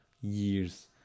years